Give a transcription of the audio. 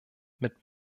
mit